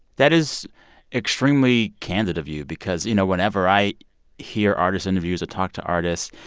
that is extremely candid of you because, you know, whenever i hear artist interviews or talk to artists,